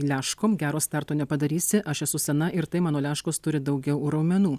liaškom gero starto nepadarysi aš esu sena ir tai mano liaškos turi daugiau raumenų